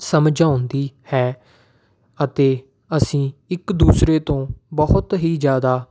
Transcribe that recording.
ਸਮਝਾਉਂਦੀ ਹੈ ਅਤੇ ਅਸੀਂ ਇੱਕ ਦੂਸਰੇ ਤੋਂ ਬਹੁਤ ਹੀ ਜ਼ਿਆਦਾ